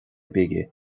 bige